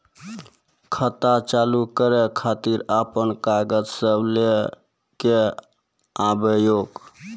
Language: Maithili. खाता चालू करै खातिर आपन कागज सब लै कऽ आबयोक?